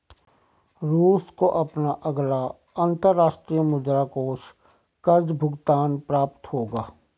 रूस को अपना अगला अंतर्राष्ट्रीय मुद्रा कोष कर्ज़ भुगतान प्राप्त होगा